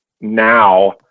now